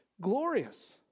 glorious